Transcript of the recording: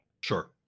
Sure